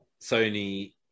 Sony